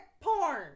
porn